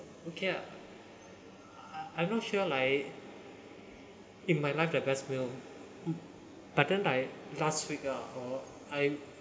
okay lah I'm not sure like in my life the best meal but then right last week ah orh I